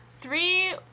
three